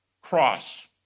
Cross